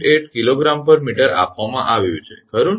8 𝐾𝑔 𝑚 આપવામાં આવ્યું છે ખરુ ને